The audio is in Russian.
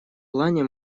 плане